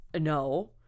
no